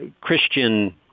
Christian